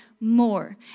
more